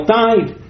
died